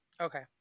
Okay